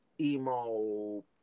emo